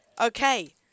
Okay